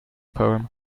poem